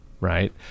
right